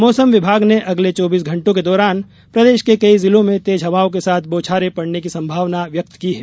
मौसम विभाग ने अगले चौबीस घण्टों के दौरान प्रदेश के कई जिलों में तेज हवाओं के साथ बौछारे पड़ने की संभावना व्यक्त की है